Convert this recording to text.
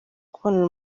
kubona